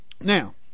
Now